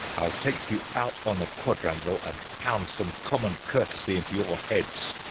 i'll take you out on the quadrangle and pound some common courtesy into your heads!